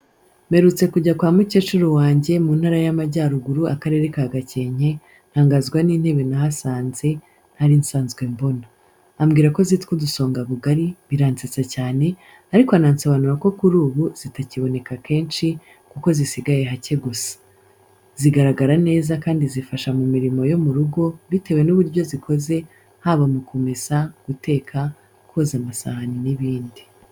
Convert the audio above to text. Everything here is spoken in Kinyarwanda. Mperutse kujya kwa mukecuru wanjye mu Ntara y’Amajyaruguru, Akarere ka Gakenke. Ntangazwa n’intebe nahasanze ntari nsanzwe mbona. Ambwira ko zitwa udusongabugari, biransetsa cyane, ariko anansobanurira ko kuri ubu zitakiboneka kenshi kuko zisigaye hake gusa. Zigaragara neza kandi zifasha mu mirimo yo mu rugo, bitewe n’uburyo zikoze, haba kumesa, guteka, koza amasahani n’ibindi.